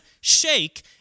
shake